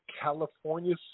California